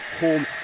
home